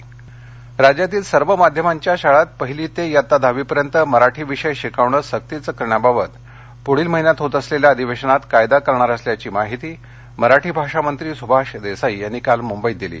मराठी भाषा राज्यातील सर्व माध्यमांच्या शाळांत पहिली ते दहावीपर्यंत मराठी विषय शिकवणे सक्तीचे करण्याबाबत पुढील महिन्यात होत असलेल्या अधिवेशनात कायदा करणार असल्याची माहिती मराठी भाषा मंत्री सुभाष देसाई यांनी काल मुंबईत दिली